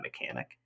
mechanic